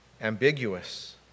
ambiguous